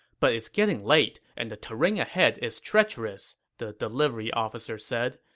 but it's getting late, and the terrain ahead is treacherous, the delivery officer said.